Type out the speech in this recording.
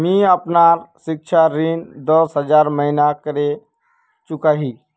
मी अपना सिक्षा ऋण दस हज़ार महिना करे चुकाही